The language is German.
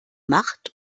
macht